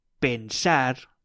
pensar